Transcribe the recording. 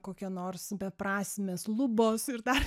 kokia nors beprasmės lubos ir dar